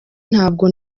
ntabwo